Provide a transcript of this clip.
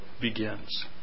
begins